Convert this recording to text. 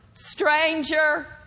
Stranger